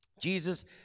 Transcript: Jesus